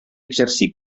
exercí